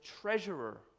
treasurer